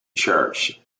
church